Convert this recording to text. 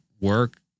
work